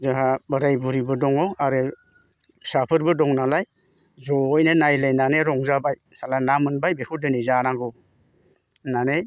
जोंहा बोराय बुरिबो दङ आरो फिसाफोरबो दं नालाय जयैनो नायलायनानै रंजाबाय साला ना मोनबाय बेखौ दिनै जानांगौ होननानै